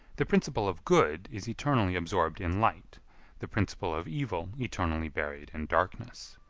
the principle of good is eternally aborbed in light the principle of evil eternally buried in darkness.